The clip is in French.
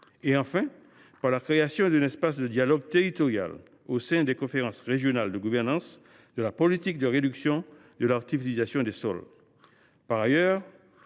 et enfin, il crée un espace de dialogue territorial au sein des conférences régionales de gouvernance de la politique de réduction de l’artificialisation des sols. Par ailleurs,